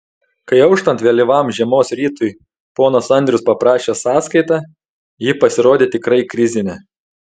kai auštant vėlyvam žiemos rytui ponas andrius paprašė sąskaitą ji pasirodė tikrai krizinė